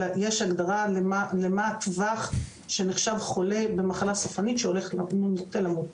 אלא יש הגדרה למהו הטווח שנחשב חולה במחלה סופנית שנוטה למות.